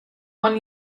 one